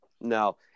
No